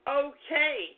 okay